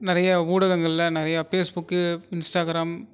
நிறையா ஊடகங்களில் நிறையா பேஸ் புக்கு இன்ஸ்டாகிராம்